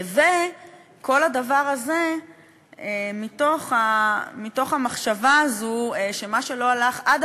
וכל הדבר הזה מתוך המחשבה הזאת שמה שלא הלך עד